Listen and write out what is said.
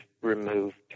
removed